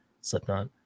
slipknot